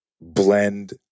blend